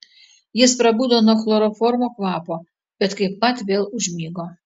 jis prabudo nuo chloroformo kvapo bet kaipmat vėl užmigo